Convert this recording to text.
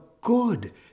good